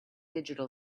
digital